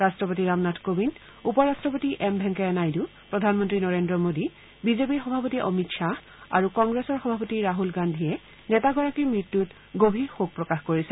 ৰাট্টপতি ৰামনাথ কোবিন্দ উপ ৰাট্টপতি এম ভেংকায়া নাইডু প্ৰধানমন্ত্ৰী নৰেন্দ্ৰ মোদী বিজেপিৰ সভাপতি অমিত শ্বাহ আৰু কংগ্লেছৰ সভাপতি ৰাহুল গান্ধীয়েও নেতাগৰাকীৰ মৃত্যুত গভীৰ শোক প্ৰকাশ কৰিছে